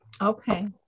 Okay